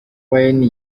wine